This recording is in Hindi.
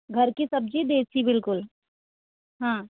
घर की सब्जी देसी बिल्कुल हाँ